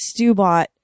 Stubot